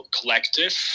collective